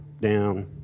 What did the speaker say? down